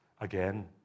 again